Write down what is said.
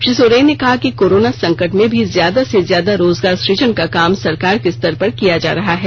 श्री सोरेन ने कहा कि कोरोन संकट में भी ज्यादा से ज्यादा रोजगार सुजन का काम सरकार के स्तर पर किया जा रहा है